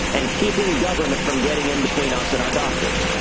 and keeping government from getting in between us and our doctors.